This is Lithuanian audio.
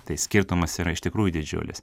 tai skirtumas yra iš tikrųjų didžiulis